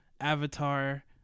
Avatar